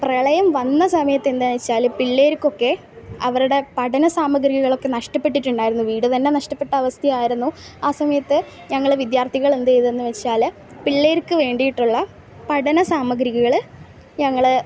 പ്രളയം വന്ന സമയത്ത് എന്താന്ന് വെച്ചാൽ പിള്ളേർക്കൊക്കെ അവരുടെ പഠനസാമഗ്രികളൊക്കെ നഷ്ടപ്പെട്ടിട്ടുണ്ടായിരുന്നു വീട് തന്നെ നഷ്ടപ്പെട്ട അവസ്ഥയായിരുന്നു ആ സമയത്ത് ഞങ്ങൾ വിദ്യാർഥികൾ എന്ത് ചെയ്തെന്ന് വെച്ചാൽ പിള്ളേർക്ക് വേണ്ടീട്ടുള്ള പഠനസാമഗ്രികൾ ഞങ്ങൾ